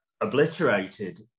obliterated